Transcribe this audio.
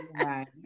Right